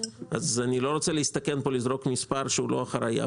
אני לא רוצה להסתכן פה ולזרוק מספר שהוא לא אחראי.